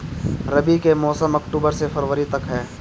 रबी के मौसम अक्टूबर से फ़रवरी तक ह